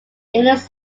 illness